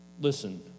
Listen